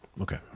Okay